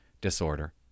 disorder